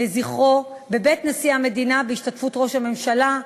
לזכרו בבית נשיא המדינה, בהשתתפות ראש הממשלה,